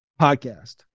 podcast